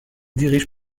dirige